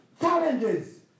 challenges